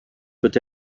peut